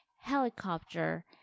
Helicopter